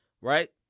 right